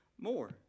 more